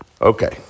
Okay